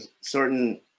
certain